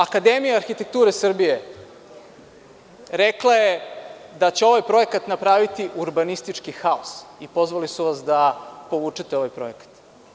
Akademija arhitekture Srbije rekla je da će ovaj projekat napraviti urbanistički haos i pozvali su vas da povučete ovaj projekat.